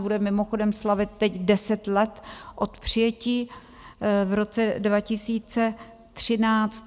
Bude mimochodem slavit teď deset let od přijetí v roce 2013.